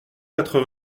quatre